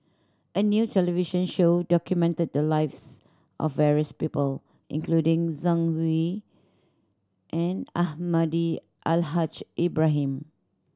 a new television show documented the lives of various people including Zhang Hui and Almahdi Al Haj Ibrahim